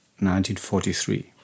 1943